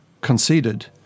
conceded